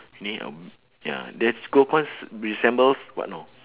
need um ya there's gold coins resembles what no